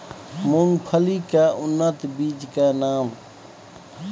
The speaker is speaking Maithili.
मूंगफली के उन्नत बीज के नाम?